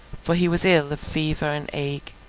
for he was ill of fever and ague,